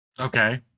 Okay